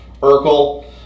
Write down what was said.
Urkel